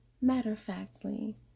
matter-of-factly